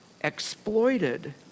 exploited